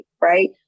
right